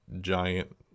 giant